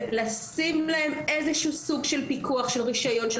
ולשים להם איזשהו סוג של פיקוח של רישיון,